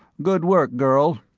good work, girl.